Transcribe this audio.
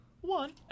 one